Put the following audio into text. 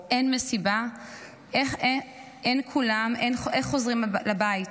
אין מסיבה --- איך חוזרים לבית?